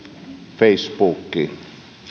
facebookiin